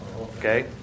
Okay